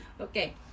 Okay